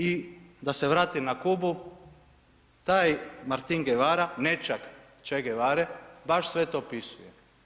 I da se vratim na Kubu, taj Martin Guevara, nećak Che Guevare baš sve to opisuje.